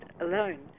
alone